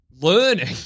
learning